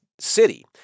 City